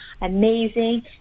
amazing